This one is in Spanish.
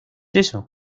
eso